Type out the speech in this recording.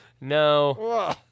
No